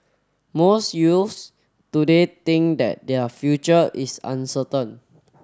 most youths today think that their future is uncertain